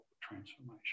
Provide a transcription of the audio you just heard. transformation